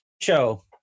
show